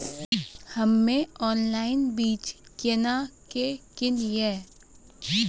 हम्मे ऑनलाइन बीज केना के किनयैय?